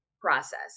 process